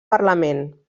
parlament